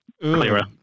clearer